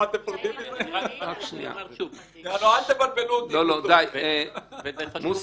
אל תבלבלו אותי --- מוסי,